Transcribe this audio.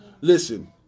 listen